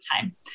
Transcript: time